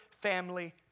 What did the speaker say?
family